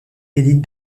élite